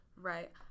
Right